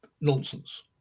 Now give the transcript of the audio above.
nonsense